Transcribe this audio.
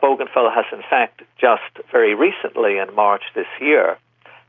bougainville has in fact just very recently in march this year